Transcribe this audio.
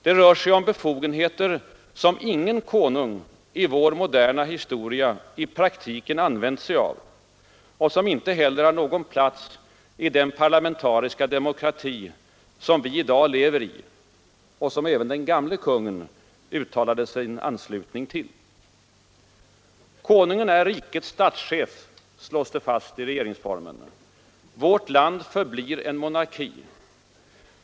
Det rör sig om befogenheter, som ingen konung i vår moderna historia använt sig av och som inte har någon plats i den parlamentariska demokrati som vi i dag lever i, något som den gamle kungen uttalade sin anslutning till. Konungen är rikets statschef, slås det fast i regeringsformen. Vårt land förblir en monarki.